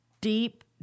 deep